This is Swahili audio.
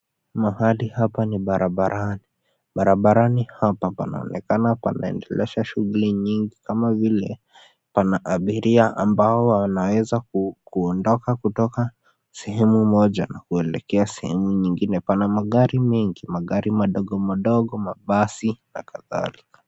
Mahali hapa ni barabarani, barabarani hapa panaonekana panaendelesha shughuli nyingi kama vile pana abiria ambao wanaweza kuondoka kutoka sehemu moja kuelekea sehemu nyingine pana magari mengi, magari madogo madogo, mabasi na kadhalika.